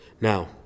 Now